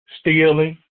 stealing